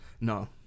No